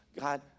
God